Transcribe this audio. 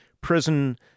prison